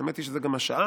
האמת היא שזו גם השעה.